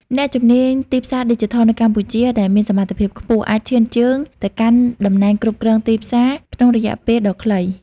អ្នកជំនាញទីផ្សារឌីជីថលនៅកម្ពុជាដែលមានសមត្ថភាពខ្ពស់ អាចឈានជើងទៅកាន់តំណែងគ្រប់គ្រងទីផ្សារ ក្នុងរយៈពេលដ៏ខ្លី។